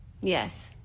Yes